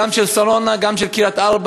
גם של שרונה וגם של קריית-ארבע.